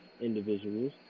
individuals